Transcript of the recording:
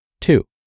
Two